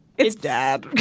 it's dad.